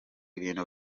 ibintu